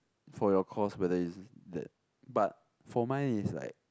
for your course but there is that but for mine is like